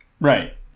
Right